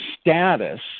status